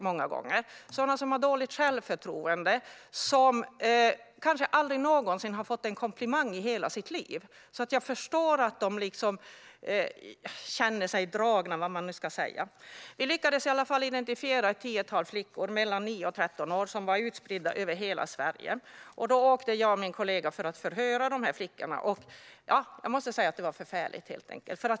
De har dåligt självförtroende och har kanske aldrig någonsin fått en komplimang. Jag förstår att de dras till detta. Vi lyckades i alla fall identifiera ett tiotal flickor mellan 9 och 13 år. De var utspridda över hela Sverige. Jag och min kollega åkte för att förhöra flickorna. Jag måste säga att det var förfärligt.